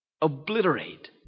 obliterate